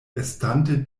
estante